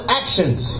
actions